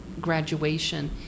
graduation